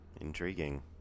intriguing